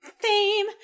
Fame